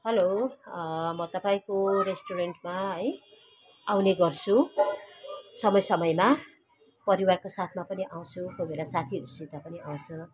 hello म तपाईँको रेस्टुरेन्टमा है आउने गर्छु समय समयमा परिवारको साथमा पनि आउँछु कोही बेला साथीहरूसित पनि आउँछु